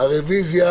הרוויזיה